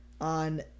on